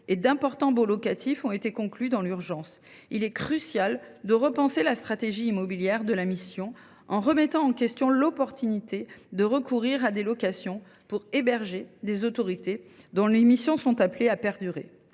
et d’importants baux locatifs ont été conclus dans l’urgence. Il est crucial de repenser la stratégie immobilière de la mission, en remettant en question l’opportunité de recourir à des locations pour héberger des autorités dont les missions sont appelées à perdurer.